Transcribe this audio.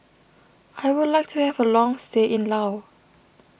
I would like to have a long stay in Laos